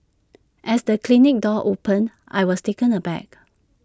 as the clinic door opened I was taken aback